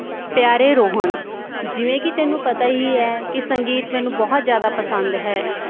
ਪਿਆਰੇ ਰੋਹਨ ਜਿਵੇਂ ਕਿ ਤੈਨੂੰ ਪਤਾ ਹੀ ਹੈ ਕਿ ਸੰਗੀਤ ਮੈਨੂੰ ਬਹੁਤ ਜ਼ਿਆਦਾ ਪਸੰਦ ਹੈ